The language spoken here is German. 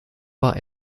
war